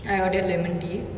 I ordered lemon tea